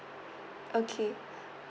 okay